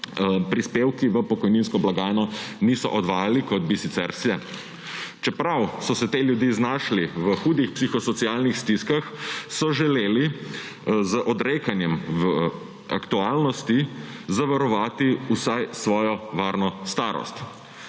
prispevki v pokojninsko blagajno niso odvajali, kot bi sicer se. Čeprav so se ti ljudje znašli v hudih psihosocialnih stiskah, so želeli z odrekanjem v aktualnosti zavarovati vsaj svojo varno starost.